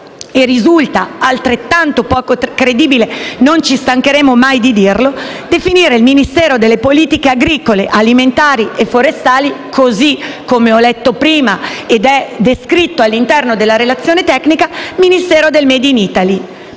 Risulta altrettanto poco credibile, non ci stancheremo mai di dirlo, definire il Ministero delle politiche agricole, alimentari e forestali - così come ho letto prima ed è descritto all'interno della relazione tecnica - Ministero del *made in Italy*